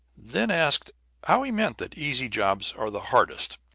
then asked how he meant that easy jobs are the hardest.